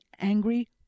angry